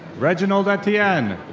reginald etienne.